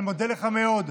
אני מודה לך מאוד,